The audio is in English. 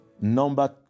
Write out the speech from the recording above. Number